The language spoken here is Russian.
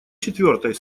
четвертой